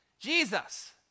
Jesus